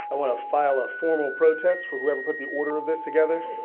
and want to file a formal protest for whoever put the order of this together.